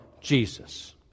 Jesus